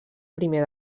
primer